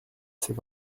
cet